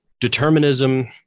determinism